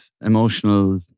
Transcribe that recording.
emotional